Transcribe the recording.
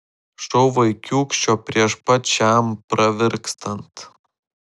šou vaikiūkščio prieš pat šiam pravirkstant